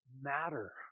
matter